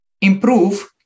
improve